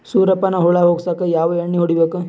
ಸುರ್ಯಪಾನ ಹುಳ ಹೊಗಸಕ ಯಾವ ಎಣ್ಣೆ ಹೊಡಿಬೇಕು?